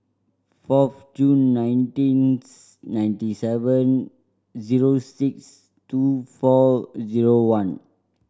fourth June nineteenth ninety seven zero six two four zero one